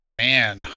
Man